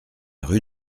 rue